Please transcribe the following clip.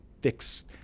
fix